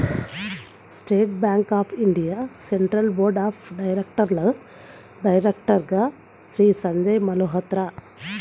state bank of India central board of డైరెక్టర్స్లో డైరెక్టర్గా శ్రీ సంజయ్ మల్హోత్రా